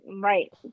Right